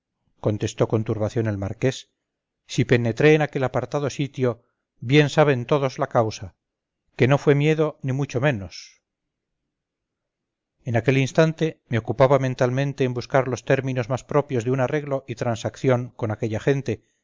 contestó con turbación el marqués si penetré en aquel apartado sitio bien saben todos la causa que no fue miedo ni mucho menos en aquel instante me ocupaba mentalmente en buscar los términos más propios de un arreglo y transacción con aquella gente